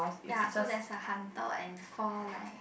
ya so there's a hunter and four like